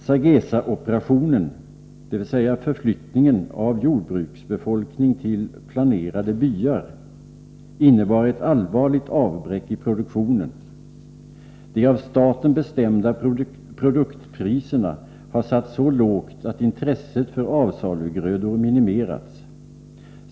”Sageza-operationen”, dvs. förflyttningen av jordbruksbefolkningen till planerade byar, innebar ett allvarligt avbräck i produktionen. De av staten bestämda produktpriserna har satts så lågt att intresset för avsalugrödor minimerats.